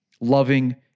loving